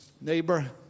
Neighbor